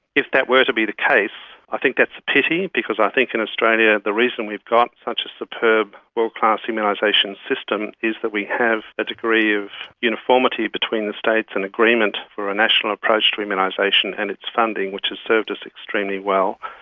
if that were to be the case think that's a pity, because i think in australia the reason we've got such a superb world-class immunisation system is that we have a degree of uniformity between the states and agreement for a national approach to immunisation and its funding which has served us extremely well.